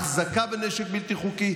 החזקה בנשק בלתי חוקי,